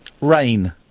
Rain